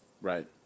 Right